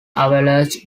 avalanche